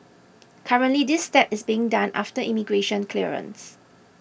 currently this step is being done after immigration clearance